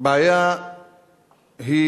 הבעיה היא